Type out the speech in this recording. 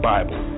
Bible